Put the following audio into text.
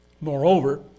Moreover